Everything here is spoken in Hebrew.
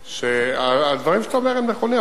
הדברים שאתה אומר נכונים,